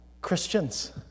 Christians